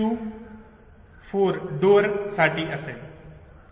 5 हा यमक शब्द हीव साठी असेल 9 हा लाईन 2 शू 4 डोर साठी असेल ठीक आहे